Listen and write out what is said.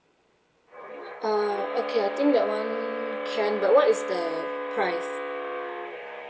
uh okay I think that one can but what is the price